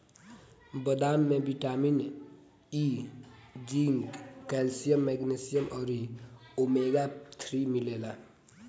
बदाम में vitamin E, zinc, calcium, magnesium अउरी ओमेगा थ्री मिलेला